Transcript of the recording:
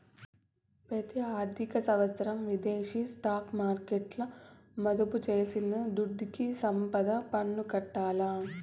పెతి ఆర్థిక సంవత్సరం విదేశీ స్టాక్ మార్కెట్ల మదుపు చేసిన దుడ్డుకి సంపద పన్ను కట్టాల్ల